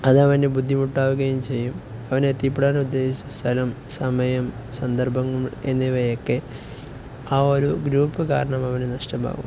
അതവനു ബുദ്ധിമുട്ടാവുകയും ചെയ്യും അവന് എത്തിപ്പെടാൻ ഉദ്ദേശിച്ച സ്ഥലം സമയം സന്ദർഭങ്ങൾ എന്നിവയൊക്കെ ആ ഒരു ഗ്രൂപ്പ് കാരണം അവനു നഷ്ടമാാകും